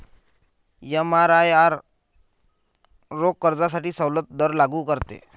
एमआरआयआर रोख कर्जासाठी सवलत दर लागू करते